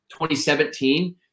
2017